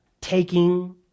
taking